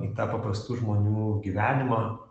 į tą paprastų žmonių gyvenimą